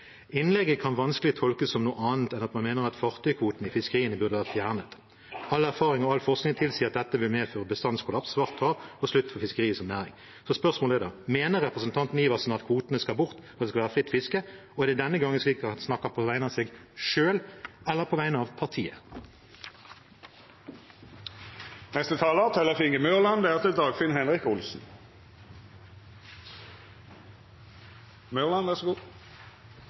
Innlegget kan vanskelig tolkes som annet enn at man mener at fartøykvoten i fiskeriene burde vært fjernet. All erfaring og all forskning tilsier at dette vil medføre bestandskollaps, svart hav og slutt for fiskeri som næring. Spørsmålet er da: Mener representanten Adelsten Iversen at kvotene skal bort, og at det skal være fritt fiske? Og er det denne gangen slik at han snakker på vegne av seg selv, eller på vegne av partiet? I Aust-Agder har vi mye å være stolte av. Noe av det